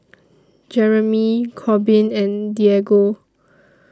Jereme Corbin and Diego